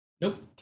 Nope